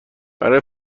برای